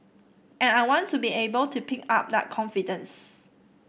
and I want to be able to pick up that confidence